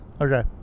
Okay